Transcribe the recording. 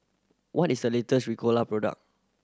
what is the latest Ricola product